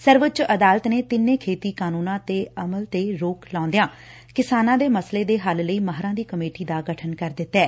ਸਰਵਉੱਚ ਅਦਾਲਤ ਨੇ ਤਿੰਨੇ ਖੇਤੀ ਕਾਨੂੰਨਾਂ ਦੇ ਅਮਲ ਤੇ ਰੋਕ ਲਾਉਦਿਆਂ ਕਿਸਾਨਾਂ ਦੇ ਮਸਲੇ ਦੇ ਹੱਲ ਲਈ ਮਾਹਿਰਾਂ ਦੀ ਕਮੇਟੀ ਦਾ ਗਠਨ ਕਰ ਦਿੱਤੈ